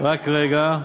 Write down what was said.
רק רגע.